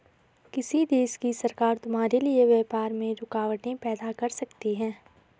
किसी देश की सरकार तुम्हारे लिए व्यापार में रुकावटें पैदा कर सकती हैं